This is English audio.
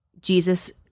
jesus